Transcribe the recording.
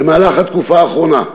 במהלך התקופה האחרונה,